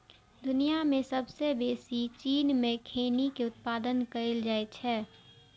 दुनिया मे सबसं बेसी चीन मे खैनी के उत्पादन कैल जाइ छै